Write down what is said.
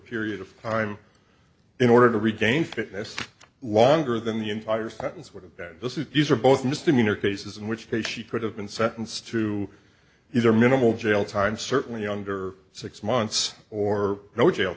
period of time in order to regain fitness longer than the entire sentence would have been this is these are both misdemeanor cases in which case she could have been sentenced to either minimal jail time certainly under six months or no jail